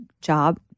job